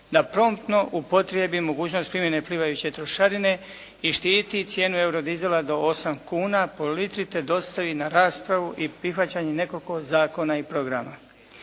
da promptno upotrijebi mogućnost primjene plivajuće trošarine i štiti cijenu euro dizela do 8 kuna po litri te dostavi na raspravu i prihvaćenje nekoliko zakona i programa.